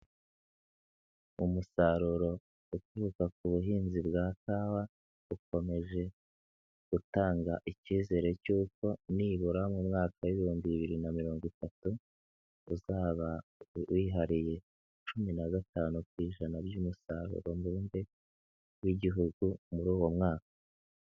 Umusaruro uturuka ku buhinzi bwa kawa ukomeje gutanga ikizere cy'uko nibura mu mwaka w' ibihumbi bibiri na mirongo itatu uzaba wihariye cumi na gatanu ku ijana by'umusaruro mbumbe w'Igihugu muri uwo mwaka.